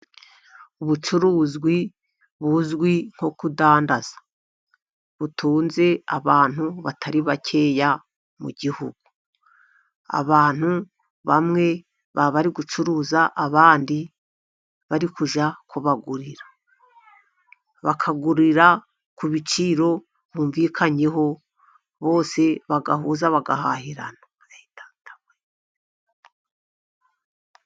Ubucuruzi buzwi nko kudandaza, butunze abantu batari bakeya mu gihugu. Abantu bamwe baba bari gucuruza, abandi bari kujya kubagurira, bakagurira ku biciro bumvikanyeho, bose bagahuza, bagahahirana.